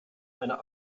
einer